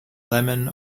lemon